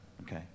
Okay